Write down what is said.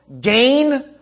gain